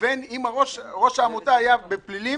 לבין אם ראש העמותה היה בפלילים,